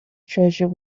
treasure